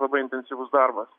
labai intensyvus darbas